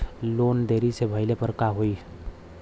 Loan देरी से भरले पर का होई?